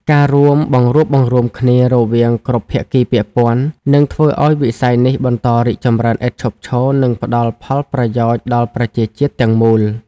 ការរួមបង្រួបបង្រួមគ្នារវាងគ្រប់ភាគីពាក់ព័ន្ធ នឹងធ្វើឱ្យវិស័យនេះបន្តរីកចម្រើនឥតឈប់ឈរ និងផ្ដល់ផលប្រយោជន៍ដល់ប្រជាជាតិទាំងមូល។